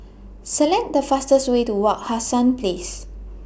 Select The fastest Way to Wak Hassan Place